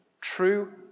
True